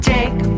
Take